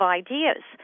ideas